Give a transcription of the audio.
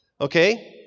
Okay